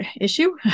issue